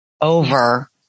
over